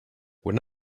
when